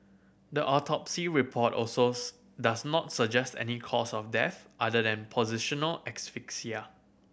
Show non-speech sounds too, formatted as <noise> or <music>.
the autopsy report also <unintelligible> does not suggest any cause of death other than positional asphyxia